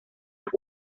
las